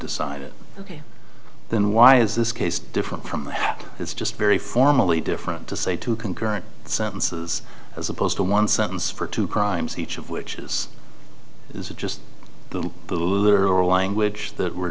decide it ok then why is this case different from it's just very formally different to say two concurrent sentences as opposed to one sentence for two crimes each of which is just the literal language that we're